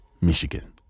Michigan